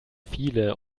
viele